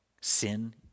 sin